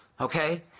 Okay